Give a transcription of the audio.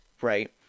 right